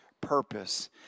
purpose